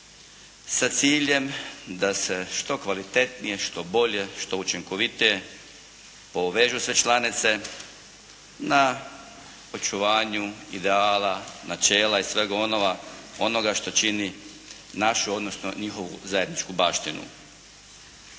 sa ciljem da se što kvalitetnije, što bolje, što učinkovitije, povežu se članice na očuvanju ideala, načela i svega onoga što čini našu odnosno njihovu zajedničku baštinu.